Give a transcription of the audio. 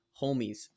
homies